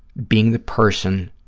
being the person